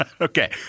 Okay